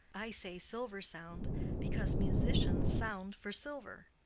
i say silver sound because musicians sound for silver.